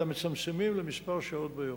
אלא מצמצמים לכמה שעות ביום.